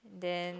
then